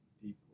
deeply